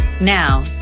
Now